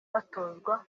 batozwa